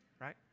right